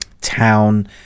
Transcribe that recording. town